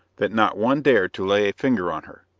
that not one dared to lay a finger on her.